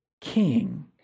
king